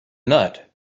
nut